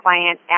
client